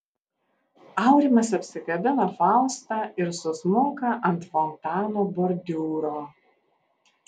aurimas apsikabina faustą ir susmunka ant fontano bordiūro